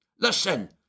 Listen